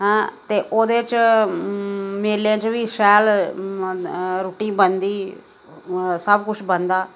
अं ते ओह्दे च मेलें च बी शैल रुट्टी बनदी सब कुछ बनदा